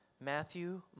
Matthew